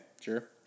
Sure